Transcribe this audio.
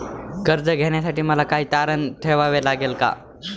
कर्ज घेण्यासाठी मला काही तारण ठेवावे लागेल का?